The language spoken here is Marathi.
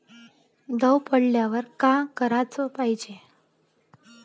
दव पडल्यावर का कराच पायजे?